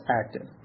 active